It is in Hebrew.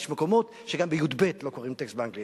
ויש מקומות שגם בי"ב לא קוראים טקסט באנגלית.